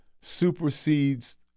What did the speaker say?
supersedes